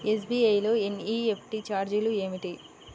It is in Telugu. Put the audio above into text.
ఎస్.బీ.ఐ లో ఎన్.ఈ.ఎఫ్.టీ ఛార్జీలు ఏమిటి?